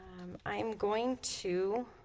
i'm going to